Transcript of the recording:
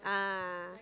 ah